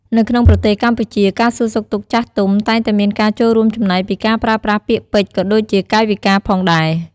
នៅក្នុងប្រទេសកម្ពុជា ការសួរសុខទុក្ខចាស់ទុំតែងតែមានការចូលរួមចំណែកពីការប្រើប្រាស់ពាក្យពេចន៍ ក៏ដូចជាកាយវិការផងដែរ។